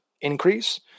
increase